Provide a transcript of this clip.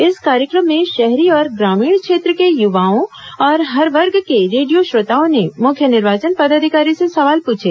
इस कार्यक्रम में शहरी और ग्रामीण क्षेत्र के युवाओं और हर वर्ग के रेडियो श्रोताओं ने मुख्य निर्वाचन पदाधिकारी से सवाल पूछे